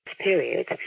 period